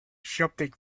something